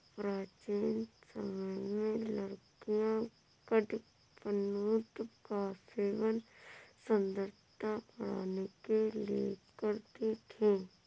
प्राचीन समय में लड़कियां कडपनुत का सेवन सुंदरता बढ़ाने के लिए करती थी